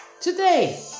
Today